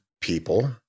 people